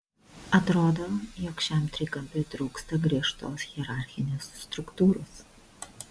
atrodo jog šiam trikampiui trūksta griežtos hierarchinės struktūros